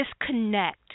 disconnect